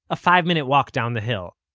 a five minute walk down the hill.